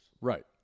Right